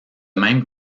même